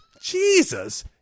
Jesus